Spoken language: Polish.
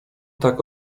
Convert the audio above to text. tak